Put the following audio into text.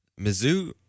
Mizzou